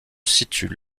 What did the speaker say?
situent